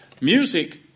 Music